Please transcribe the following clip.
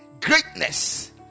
greatness